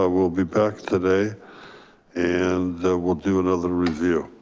ah we'll be back today and we'll do another review.